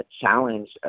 challenge